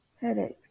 Headaches